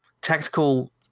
tactical